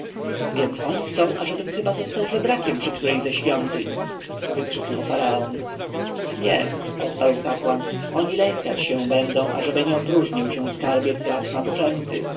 więc oni chcą ażebym chyba został żebrakiem przy której ze świątyń wybuchnął faraon nie odparł kapłan oni lękać się będą ażeby nie opróżnił się skarbiec raz